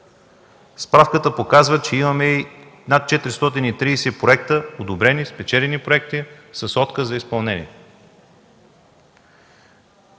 Справката показва, че имаме над 430 одобрени, спечелени проекти с отказ за изпълнение.